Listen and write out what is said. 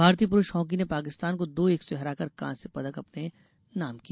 भारतीय पुरूष हॉकी ने पाकिस्तान को दो एक से हराकर कांस्य पदक अपने नाम किया